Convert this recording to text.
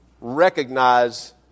recognize